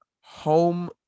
home